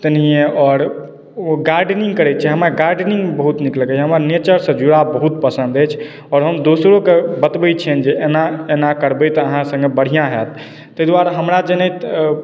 ताहिनैए ओ गार्डेनिङ्ग करै छी हमरा गार्डेनिङ्ग बहुत नीक लगैए हमरा नेचरसँ जुड़ाव बहुत पसन्द अछि आओर हम दोसरोके बतबै छिअनि जे एना एना करबै तऽ अहाँ सङ्गे बढ़िआँ हैत ताहि दुआरे हमरा जनैत